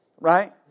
Right